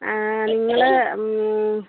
നിങ്ങൾ